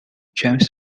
james